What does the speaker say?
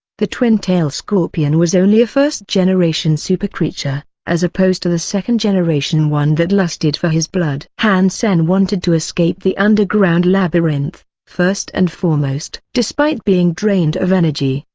the twin-tail scorpion was only a first-generation super creature, as opposed to the second-generation one that lusted for his blood. han sen wanted to escape the underground labyrinth, first and foremost. despite being drained of energy,